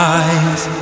eyes